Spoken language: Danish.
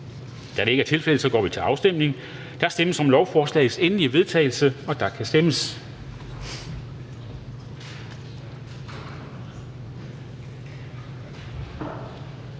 Det er ikke tilfældet, så vi går til afstemning. Der stemmes om lovforslagets endelige vedtagelse, og der kan stemmes.